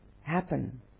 happen